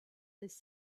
this